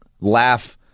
laugh –